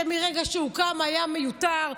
שמרגע שהוקם היה מיותר,